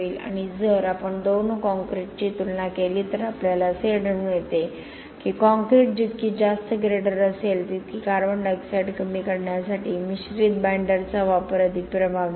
आणि जर आपण दोन कॉंक्रिटची तुलना केली तर आपल्याला असे आढळून येते की कॉंक्रिट जितकी जास्त ग्रेडर असेल तितकी CO2 कमी करण्यासाठी मिश्रित बाईंडरचा वापर अधिक प्रभावी आहे